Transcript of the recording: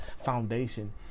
foundation